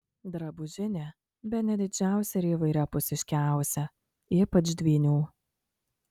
drabužinė bene didžiausia ir įvairiapusiškiausia ypač dvynių